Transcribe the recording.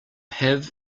have